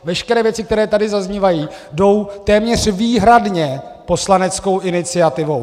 Veškeré věci, které tady zaznívají, jdou téměř výhradně poslaneckou iniciativou.